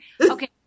Okay